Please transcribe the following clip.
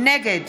נגד